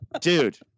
Dude